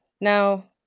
Now